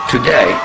Today